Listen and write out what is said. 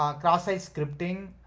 um cross-site scripting,